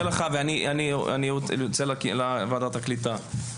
אני מודה לך ואני יוצא לוועדת הקליטה.